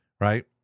right